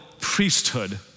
priesthood